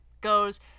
goes